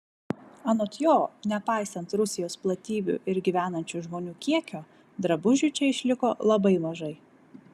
anot jo nepaisant rusijos platybių ir gyvenančių žmonių kiekio drabužių čia išliko labai mažai